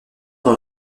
dans